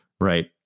right